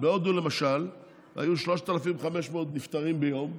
בהודו למשל היו 3,500 נפטרים ביום,